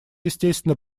естественно